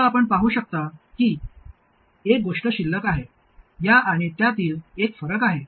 आता आपण पाहू शकता की एक गोष्ट शिल्लक आहे या आणि त्यातील एक फरक आहे